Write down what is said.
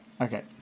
okay